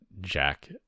Jack